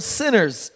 sinners